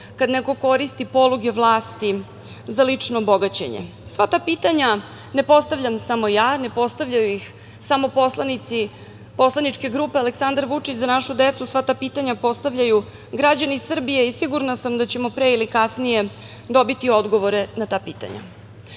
kad neko koristi poluge vlasti za lično bogaćenje? Sva ta pitanja ne postavljam samo ja, ne postavljaju ih je samo poslanici poslaničke grupe Aleksandar Vučić – Za našu decu, sva ta pitanja postavljaju građani Srbije i sigurna sam da ćemo pre ili kasnije dobiti odgovore na ta pitanja. Kada